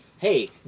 hey